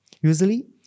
Usually